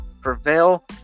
prevail